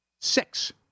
six